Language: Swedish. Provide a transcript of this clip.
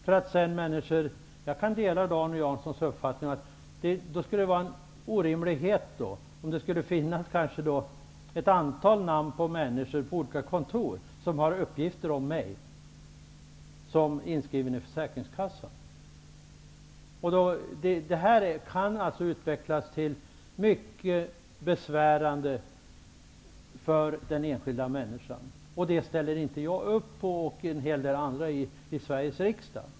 Jag delar i och för sig Arne Janssons uppfattning att det är en orimlighet att det skulle finnas ett antal namn på människor på olika kontor som har uppgifter om mig som inskriven i försäkringskassan. Det här kan utvecklas till något som blir mycket besvärande för den enskilda människan. Det ställer inte jag upp på, och det gör inte heller en hel del andra i Sveriges riksdag.